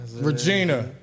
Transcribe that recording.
Regina